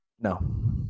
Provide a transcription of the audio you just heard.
No